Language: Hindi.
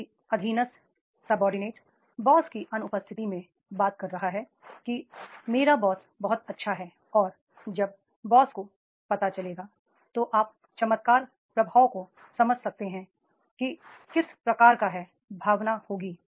यदि अधीनस्थ बॉस की अनुपस्थिति में बात कर रहा है कि मेरा बॉस बहुत अच्छा है और जब बॉस को पता चलेगा तो आप चमत्कार प्रभाव को समझ सकते हैं कि किस प्रकार का है भावना होगी